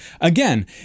Again